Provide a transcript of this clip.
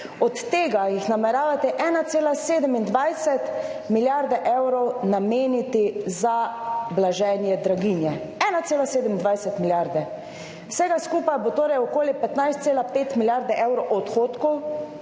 od tega jih nameravate 1,27 milijarde evrov nameniti za blaženje draginje, 1,27 milijarde. Vsega skupaj bo torej okoli 15,5 milijarde evrov odhodkov